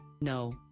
no